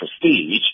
prestige